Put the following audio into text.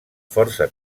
força